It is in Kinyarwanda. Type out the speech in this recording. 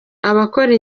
abakora